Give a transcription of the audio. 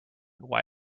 why